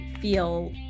feel